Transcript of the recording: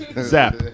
Zap